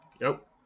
Nope